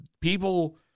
people